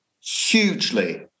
Hugely